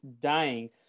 dying